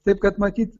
taip kad matyt